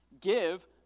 give